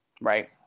right